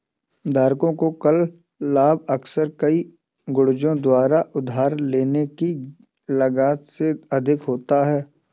धारकों को कर लाभ अक्सर कई गुणकों द्वारा उधार लेने की लागत से अधिक होगा